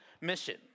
mission